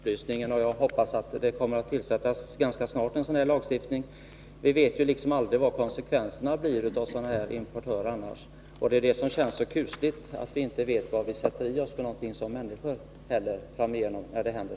Fru talman! Jag tackar för den sista upplysningen, och jag hoppas att lagstiftning kommer ganska snart. Vi vet annars aldrig vad konsekvenserna av sådan här import kan bli. Vad som känns så kusligt är att vi inte vet vad vi sätter i oss som människor när sådant som detta händer.